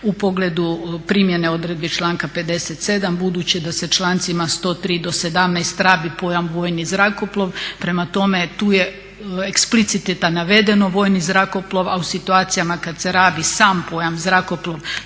u pogledu primjene odredbi članka 57. budući da se člancima 103. do 117 rabi pojam vojni zrakoplov, prema tome tu je eksplicite navedeno vojni zrakoplov a u situacijama kada se rabi sam pojam zrakoplov